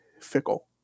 fickle